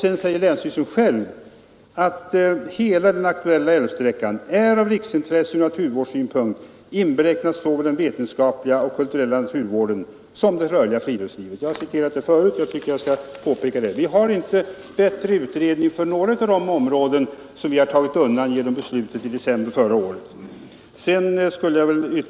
Sedan uttalar länsstyrelsen själv: ”——— hela den aktuella älvsträckan är av riksintresse ur naturvårdssynpunkt inberäknat såväl den vetenskapliga och kulturella naturvården som det rörliga friluftslivet”. Jag har citerat detta tidigare, och jag vill påpeka det igen. Det har inte gjorts någon bättre utredning beträffande några av de områden som vi genom beslutet i december förra året tog undan.